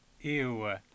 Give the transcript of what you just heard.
Ew